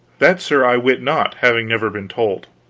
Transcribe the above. that, sir, i wit not, having never been told.